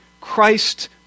Christ